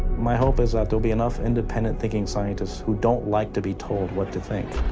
my hope is that there'll be enough independent-thinking scientists who don't like to be told what to think.